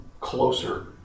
closer